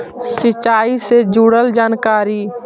सिंचाई से जुड़ल जानकारी?